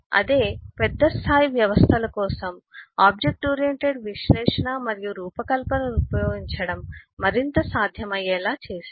అదే పెద్ద స్థాయి వ్యవస్థల కోసం ఆబ్జెక్ట్ ఓరియెంటెడ్ విశ్లేషణ మరియు రూపకల్పనను ఉపయోగించడం మరింత సాధ్యమయ్యేలా చేసింది